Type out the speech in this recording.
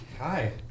Hi